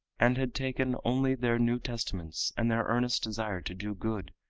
and had taken only their new testaments and their earnest desire to do good,